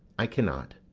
i cannot.